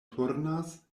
turnas